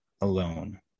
alone